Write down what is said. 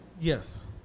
Yes